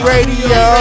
Radio